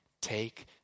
take